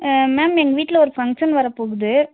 ma'am எங்கள் வீட்டில் ஒரு ஃபங்க்ஷன் வரப்போகுது